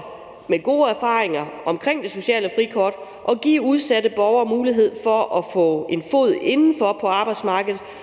på baggrund af gode erfaringer med det sociale frikort – at give udsatte borgere muligheder for at få en fod ind på arbejdsmarkedet